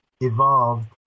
evolved